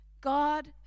God